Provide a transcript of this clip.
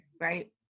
right